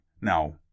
Now